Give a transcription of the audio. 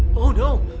oh